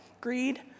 greed